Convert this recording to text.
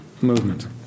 movement